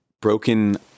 broken